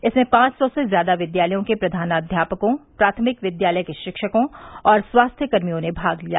इसमें पांच सौ से ज्यादा विद्यालयों के प्रधानाध्यपकों प्राथमिक विद्यालय के शिक्षकों और स्वास्थ्यकर्मियों ने भाग लिया